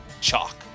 Chalk